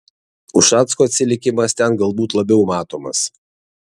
ušacko atsilikimas ten galbūt labiau matomas